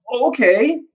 Okay